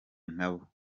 nkabo